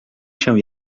się